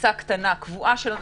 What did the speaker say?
קבוצה קטנה, קבועה של אנשים.